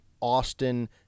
Austin